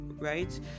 right